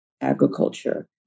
agriculture